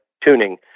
tuning